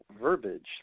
verbiage